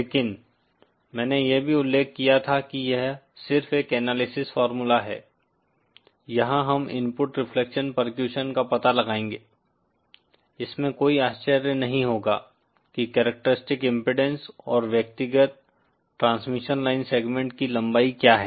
लेकिन मैंने यह भी उल्लेख किया था कि यह सिर्फ एक एनालिसिस फार्मूला है यहां हम इनपुट रिफ्लेक्शन पर्क्यूशन का पता लगाएंगे इसमें कोई आश्चर्य नहीं होगा कि करैक्टरिस्टिक्स इम्पीडेन्स और व्यक्तिगत ट्रांसमिशन लाइन सेगमेंट की लंबाई क्या है